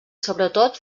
sobretot